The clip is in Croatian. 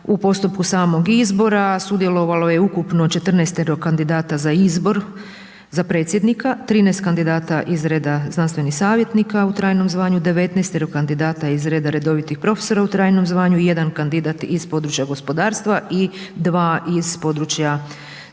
u postupku samog izbora sudjelovalo je ukupno 14.-tero kandidata za izbor za predsjednika, 13 kandidata iz reda znanstvenih savjetnika u trajnom zvanju, 19.-tero kandidata iz reda redovitih profesora u trajnom zvanju i 1 kandidat iz područja gospodarstva i 2 iz područja